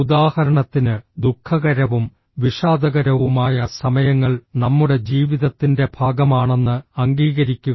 ഉദാഹരണത്തിന് ദുഃഖകരവും വിഷാദകരവുമായ സമയങ്ങൾ നമ്മുടെ ജീവിതത്തിന്റെ ഭാഗമാണെന്ന് അംഗീകരിക്കുക